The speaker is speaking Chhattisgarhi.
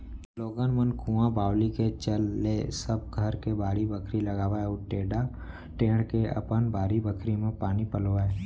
लोगन मन कुंआ बावली के चल ले सब के घर बाड़ी बखरी लगावय अउ टेड़ा टेंड़ के अपन बारी बखरी म पानी पलोवय